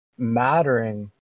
mattering